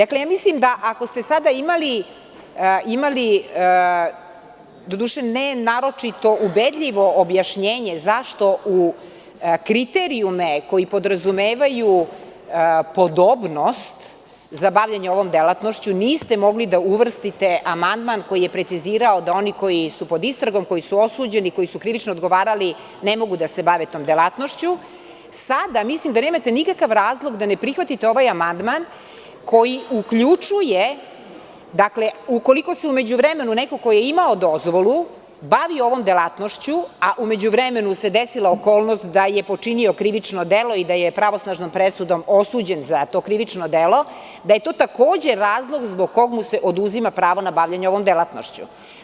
Ako ste sada imali, doduše ne naročito ubedljivo, objašnjenje zašto u kriterijume koji podrazumevaju podobnost za bavljenje ovom delatnošću niste mogli da uvrstite amandman, koji je precizirao da oni koji su pod istragom, koji su osuđeni, koji su krivično odgovarali, ne mogu da se bave tom delatnošću, sada mislim da nemate nikakav razlog da ne prihvatite ovaj amandman koji uključuje, ukoliko se u međuvremenu neko ko je imao dozvolu bavi ovom delatnošću, a u međuvremenu se desila okolnost da je počinio krivično delo i da je pravosnažnom presudom osuđen za to krivično delo, da je to takođe razlog zbog kog mu se oduzima pravo na bavljenje ovom delatnošću.